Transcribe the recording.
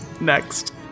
Next